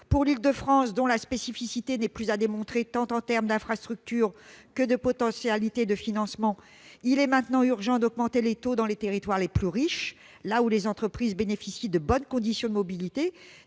Pour l'Île-de-France, dont la spécificité n'est plus à démontrer, en termes tant d'infrastructures que de potentialités de financement, il est maintenant urgent d'augmenter les taux dans les territoires les plus riches, où les entreprises bénéficient de bonnes conditions de mobilité.